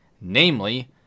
namely